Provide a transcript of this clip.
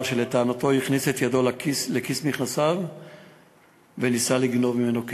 שלטענתו הכניס את ידו לכיס מכנסיו וניסה לגנוב ממנו כסף.